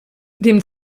dem